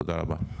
תודה רבה.